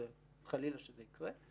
חלילה שזה יקרה.